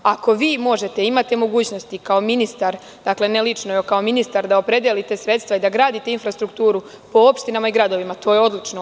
Ako vi možete, imate mogućnosti kao ministar, dakle, ne lično, nego kao ministar, da opredelite sredstva da gradite infrastrukturu po opštinama i gradovima. to je odlično.